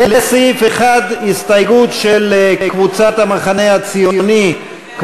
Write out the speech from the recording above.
לסעיף 1, הסתייגות של קבוצת המחנה הציוני,